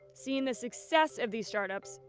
seeing the success of these startups,